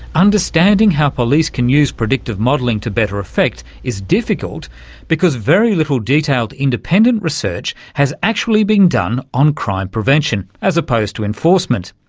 understanding how police can use predictive modelling to better effect is difficult because very little detailed independent research has actually been done on crime prevention as opposed to enforcement,